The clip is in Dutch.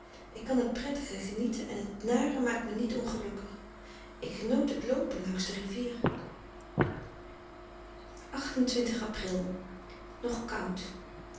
ik kan het prettige genieten en het nare maakt me niet ongelukkig ik genoot het loopen langs de rivier nog koud